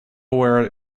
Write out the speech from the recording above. aware